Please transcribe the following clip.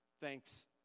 thanks